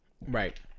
Right